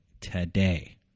today